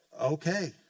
okay